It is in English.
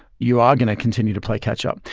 you are going to continue to play catch up.